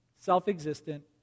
self-existent